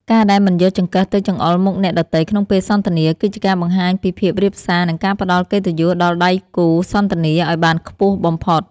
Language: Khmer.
ការដែលមិនយកចង្កឹះទៅចង្អុលមុខអ្នកដទៃក្នុងពេលសន្ទនាគឺជាការបង្ហាញពីភាពរាបសារនិងការផ្តល់កិត្តិយសដល់ដៃគូសន្ទនាឱ្យបានខ្ពស់បំផុត។